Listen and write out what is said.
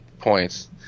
points